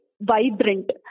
vibrant